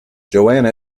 joanna